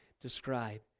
describe